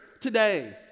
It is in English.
today